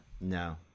No